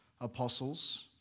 apostles